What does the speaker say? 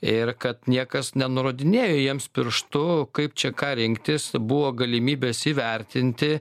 ir kad niekas nenurodinėjo jiems pirštu kaip čia ką rinktis buvo galimybės įvertinti